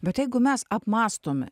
bet jeigu mes apmąstome